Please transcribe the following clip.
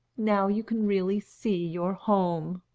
now you can really see your home.